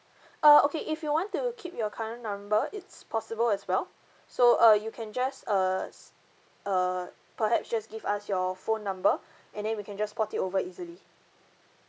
uh okay if you want to keep your current number it's possible as well so uh you can just err s~ err perhaps just give us your phone number and then we can just port it over easily